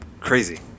Crazy